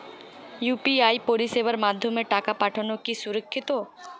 UPI পরিষেবার মাধ্যমে টাকা পাঠানো কি সুরক্ষিত?